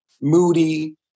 moody